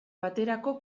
baterako